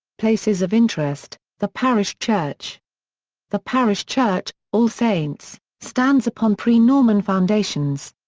places of interest the parish church the parish church, all saints, stands upon pre-norman foundations.